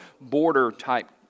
border-type